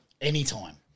anytime